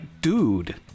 dude